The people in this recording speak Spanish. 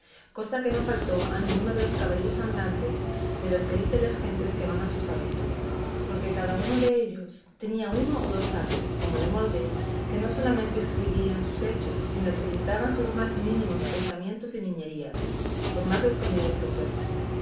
cosa que no faltó a ninguno de los caballeros andantes de los que dicen las gentes que van a sus aventuras porque cada uno dellos tenía uno o dos sabios como de molde que no solamente escribían sus hechos sino que pintaban sus más mínimos pensamientos y niñerías por más escondidas que fuesen